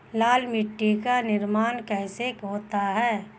लाल मिट्टी का निर्माण कैसे होता है?